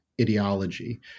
ideology